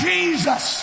Jesus